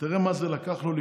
תראה מה זה, לקח לו לקרוא,